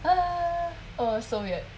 haha oh so weird